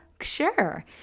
sure